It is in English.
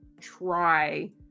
try